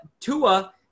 Tua –